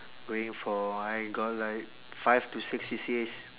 going for I got like five to six C_C_As